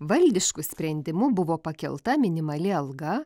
valdišku sprendimu buvo pakelta minimali alga